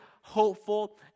hopeful